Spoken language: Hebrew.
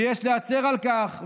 ויש להצר על כך,